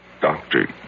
Doctor